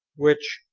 which,